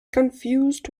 confused